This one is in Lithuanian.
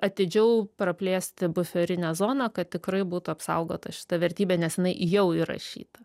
atidžiau praplėsti buferinę zoną kad tikrai būtų apsaugota šita vertybė nes jinai jau įrašyta